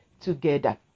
together